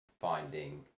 finding